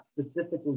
specifically